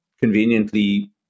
conveniently